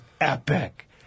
epic